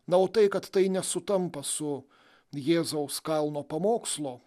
na o tai kad tai nesutampa su jėzaus kalno pamokslo